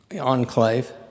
Enclave